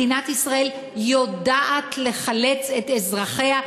מדינת ישראל יודעת לחלץ את אזרחיה,